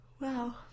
Wow